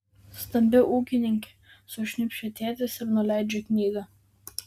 stambi ūkininkė sušnypščia tėtis ir nuleidžia knygą